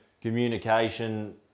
communication